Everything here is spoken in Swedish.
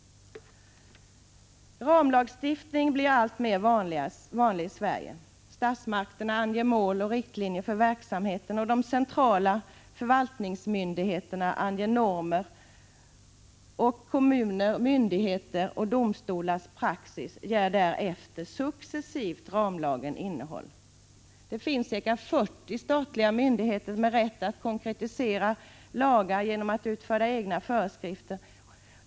Ramlagstiftning blir alltmer vanlig i Sverige. Statsmakterna anger mål och riktlinjer för verksamheten, de centrala förvaltningsmyndigheterna anger normer, och kommuners, myndigheters och domstolars praxis ger därefter successivt ramlagen innehåll. Det finns ca 40 statliga myndigheter med rätt att konkretisera lagar genom att utfärda egna föreskrifter.